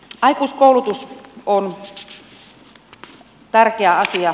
aikuiskoulutus on tärkeä asia